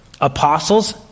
apostles